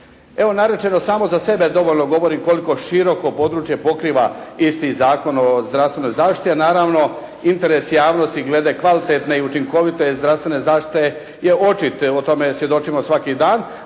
Evo, narečeno je samo za sebe dovoljno govori koliko široko područje pokriva isti Zakon o zdravstvenoj zaštiti, a naravno interes javnosti glede kvalitetne i učinkovite zdravstvene zaštite je očit. O tome svjedočimo svaki dan,